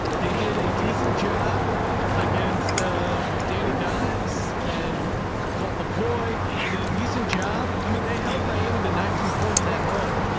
they did a decent job against ah danny dimes and colt mccoy did a decent job. i mean, they held miami to nineteen points at home.